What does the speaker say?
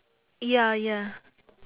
ya ya